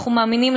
אנחנו מאמינים,